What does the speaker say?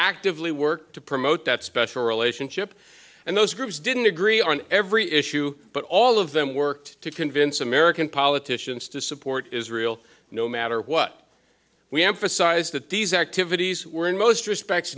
actively worked to promote that special relationship and those groups didn't agree on every issue but all of them worked to convince american politicians to support israel no matter what we emphasize that these activities were in most respects